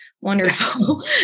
wonderful